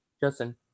Justin